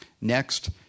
Next